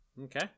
Okay